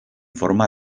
forma